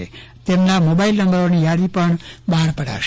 તેમજ તેમની મોબાઈલ નંબરોની યાદી બહાર પડાશે